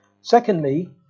Secondly